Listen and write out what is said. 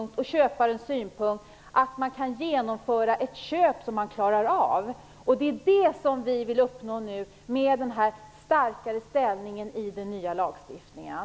Köparen vill kunna genomföra ett köp man klarar av. Det är det vi nu vill uppnå med denna starkare ställning i den nya lagstiftningen.